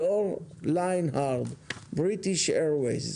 אליקו שליין, ארגון הנכים, הערות לחוק הספציפי.